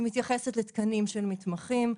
שמתייחסת לתקנים של מתמחים.